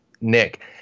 Nick